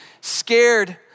scared